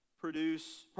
produce